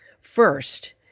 First